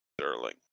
Sterling